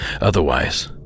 Otherwise